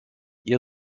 ihr